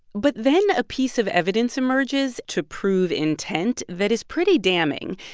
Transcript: but then a piece of evidence emerges to prove intent that is pretty damning.